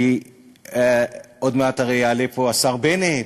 כי עוד מעט הרי יעלה פה השר בנט,